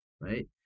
Right